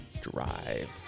Drive